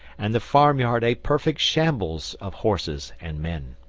and the farmyard a perfect shambles of horses and men.